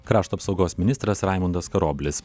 krašto apsaugos ministras raimundas karoblis